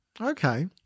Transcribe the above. Okay